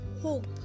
hope